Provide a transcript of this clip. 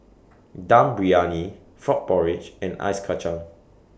Dum Briyani Frog Porridge and Ice Kachang